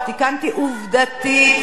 רק תיקנתי עובדתית.